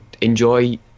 enjoy